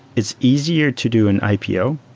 it's easier to do an ipo.